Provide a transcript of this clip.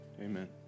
amen